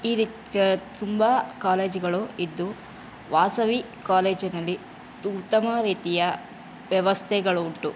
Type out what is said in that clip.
ಈ ರೀತಿಯ ತುಂಬ ಕಾಲೇಜುಗಳು ಇದ್ದು ವಾಸವಿ ಕಾಲೇಜಿನಲ್ಲಿ ತು ಉತ್ತಮ ರೀತಿಯ ವ್ಯವಸ್ಥೆಗಳುಂಟು